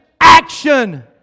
action